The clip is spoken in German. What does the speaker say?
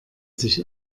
sich